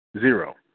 Zero